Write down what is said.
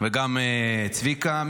גם צביקה.